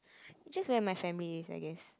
just going out with my family I guess